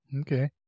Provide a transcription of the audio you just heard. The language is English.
Okay